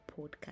podcast